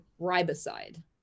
riboside